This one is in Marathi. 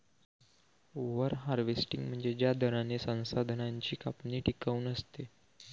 ओव्हर हार्वेस्टिंग म्हणजे ज्या दराने संसाधनांची कापणी टिकाऊ नसते